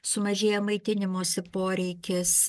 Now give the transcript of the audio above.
sumažėja maitinimosi poreikis